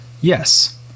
Yes